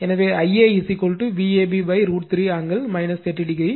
எனவே Ia Vab √ 3 angle 30 o Zy